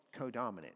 codominant